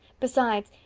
besides,